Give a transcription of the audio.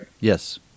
Yes